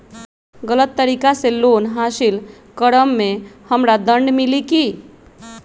गलत तरीका से लोन हासिल कर्म मे हमरा दंड मिली कि?